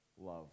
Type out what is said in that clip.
love